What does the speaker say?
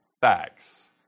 facts